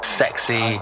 sexy